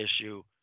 issue